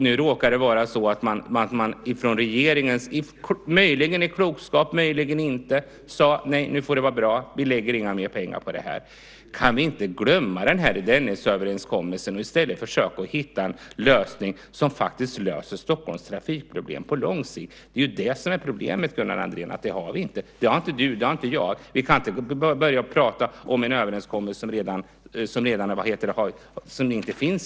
Nu råkade det vara så att man från regeringens sida - möjligen i klokskap, möjligen inte - sade: Nej, nu får det vara bra. Vi lägger inte mer pengar på det. Kan vi inte glömma Dennisöverenskommelsen och i stället försöka hitta en lösning på Stockholms trafikproblem på lång sikt? Vi kan inte, Gunnar Andrén, fortsätta att prata om en överenskommelse som inte längre finns.